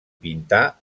pintà